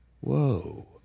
Whoa